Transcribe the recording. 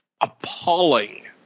appalling